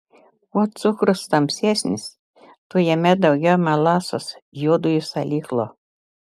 kuo cukrus tamsesnis tuo jame daugiau melasos juodojo salyklo